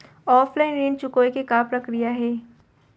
Offline ऋण चुकोय के का प्रक्रिया हे?